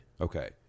Okay